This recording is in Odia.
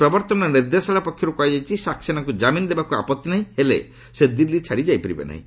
ପ୍ରବର୍ତ୍ତନ ନିର୍ଦ୍ଦେଶାଳୟ ପକ୍ଷରୁ କୁହାଯାଇଛି ସାକ୍ସେନାଙ୍କୁ ଜାମିନ୍ ଦେବାକୁ ଆପତ୍ତି ନାହିଁ ହେଲେ ସେ ଦିଲ୍ଲୀ ଛାଡ଼ିପାରିବେ ନାହିଁ